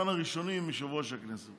נתן נאום, חבל על הזמן,